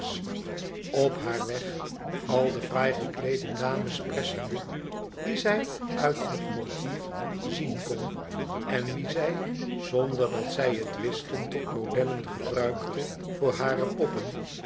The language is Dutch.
op haar weg al de fraai gekleede dames pressende die zij uit het portier zien kon en wie zij zonder dat zij het wisten tot modellen gebruikte voor hare poppen